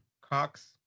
Cox